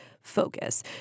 focus